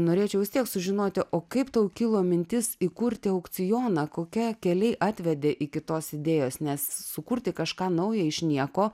norėčiau vis tiek sužinoti o kaip tau kilo mintis įkurti aukcioną kokie keliai atvedė iki tos idėjos nes sukurti kažką nauja iš nieko